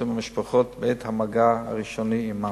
עם המשפחות בעת המגע הראשוני עמן.